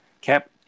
Cap